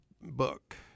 book